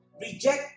reject